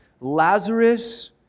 Lazarus